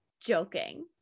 joking